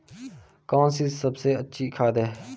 कौन सी सबसे अच्छी खाद है?